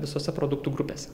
visose produktų grupės